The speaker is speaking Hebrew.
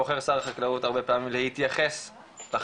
בוחר שר החקלאות הרבה פעמים להתייחס לחקלאים.